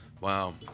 wow